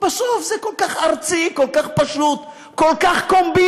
בסוף זה כל כך ארצי, כל כך פשוט, כל כך קומבינה,